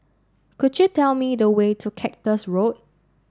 could you tell me the way to Cactus Road